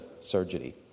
surgery